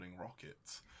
rockets